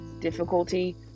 difficulty